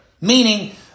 Meaning